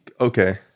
okay